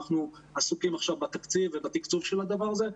אנחנו עסוקים עכשיו בתקציב ובתקצוב של הדבר הזה,